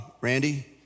Randy